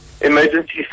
Emergency